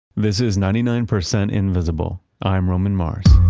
this is ninety nine percent invisible. i am roman mars